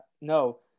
No